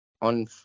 on